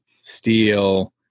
steel